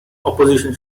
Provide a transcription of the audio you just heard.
opposition